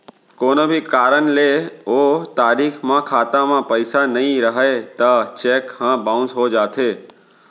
कोनो भी कारन ले ओ तारीख म खाता म पइसा नइ रहय त चेक ह बाउंस हो जाथे